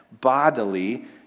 bodily